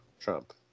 Trump